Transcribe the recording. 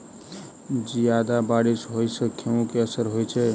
जियादा बारिश होइ सऽ गेंहूँ केँ असर होइ छै?